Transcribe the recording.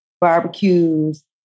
barbecues